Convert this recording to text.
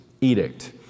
edict